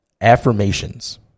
affirmations